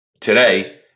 Today